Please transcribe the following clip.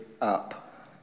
up